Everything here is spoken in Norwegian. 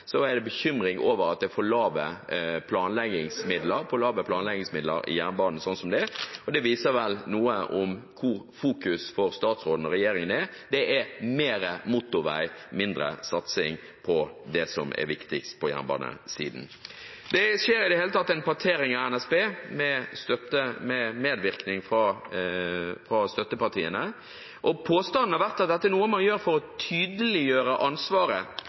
over at det er for lave planleggingsmidler i jernbanen sånn som det er, og det viser vel hvor fokuset fra statsråden og regjeringen er: Det er mer motorvei og mindre satsing på det som er viktigst på jernbanesiden. Det skjer i det hele tatt en partering av NSB med medvirkning fra støttepartiene. Påstanden har vært at dette er noe man gjør for å tydeliggjøre ansvaret.